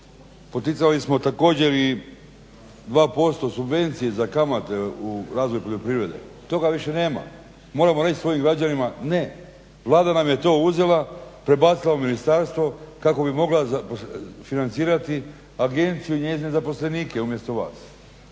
Poticali smo također i 2% subvencije za kamate u razvoj poljoprivrede, toga više nema. Moramo reći svojim građanima ne, Vlada nam je to uzela, prebacila u Ministarstvo kako bi mogla financirati agenciju i njezine zaposlenike umjesto vas.